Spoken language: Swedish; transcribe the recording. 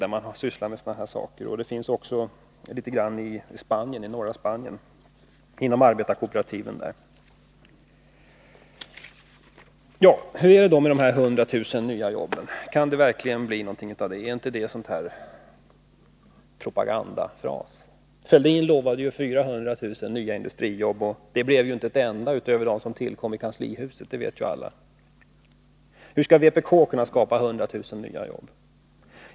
Exempel på det finns också från arbetarkooperativen i norra Spanien. Hur är det då med de 100 000 nya jobb vi talar om? Kan det verkligen bli någonting av det — är det inte en propagandafras? Thorbjörn Fälldin lovade ju 400 000 nya jobb, och det blev ju inte ett enda utöver-dem som tillkom i kanslihuset — det vet ju alla. Hur skall vpk kunna skapa 100 000 nya jobb?